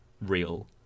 real